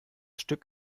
stück